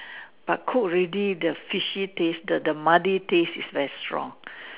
but cook already the fishy taste the the muddy taste is very strong